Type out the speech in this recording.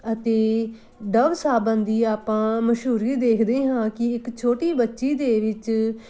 ਅਤੇ ਡਵ ਸਾਬਣ ਦੀ ਆਪਾਂ ਮਸ਼ਹੂਰੀ ਦੇਖਦੇ ਹਾਂ ਕਿ ਇੱਕ ਛੋਟੀ ਬੱਚੀ ਦੇ ਵਿੱਚ